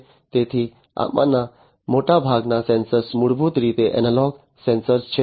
તેથી આમાંના મોટાભાગના સેન્સર મૂળભૂત રીતે એનાલોગ સેન્સર છે